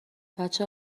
بچه